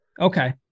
Okay